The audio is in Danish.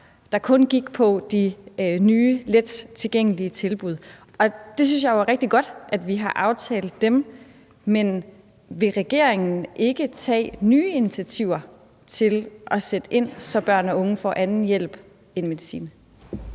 der kun gik på de nye, lettilgængelige tilbud. Jeg synes, det er rigtig godt, at vi har aftalt dem, men vil regeringen ikke tage nye initiativer til at sætte ind, så børn og unge får anden hjælp end medicin?